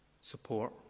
support